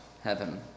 heaven